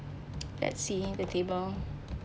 let's see the table